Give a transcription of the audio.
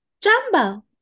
Jumbo